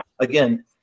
again